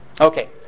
Okay